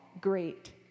great